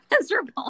miserable